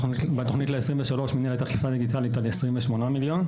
בתוכנית ל-2023 האכיפה דיגיטלית עד 28 מיליון,